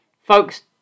folks